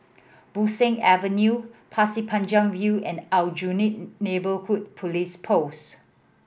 Bo Seng Avenue Pasir Panjang View and Aljunied Neighbourhood Police Post